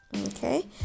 Okay